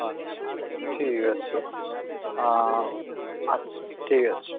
আচ্ছা ঠিক আছে আচ্ছা ঠিক আছে